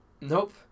Nope